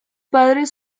padres